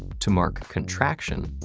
to mark contraction,